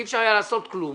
אי אפשר היה לעשות כלום,